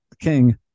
king